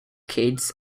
kids